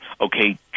okay